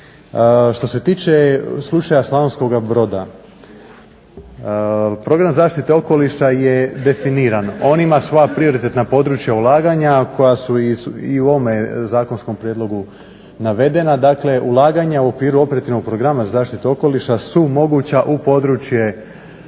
Što se tiče slučaja Slavonskoga Broda, program zaštite okoliša je definiran, on ima svoja prioritetna područja ulaganja koja su i u ovome zakonskom prijedlogu navedena, dakle ulaganja u okviru operativnog programa zaštite okoliša su moguća područja